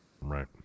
Right